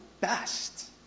best